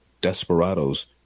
desperados